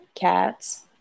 cats